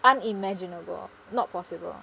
unimaginable not possible